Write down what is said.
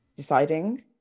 deciding